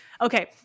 Okay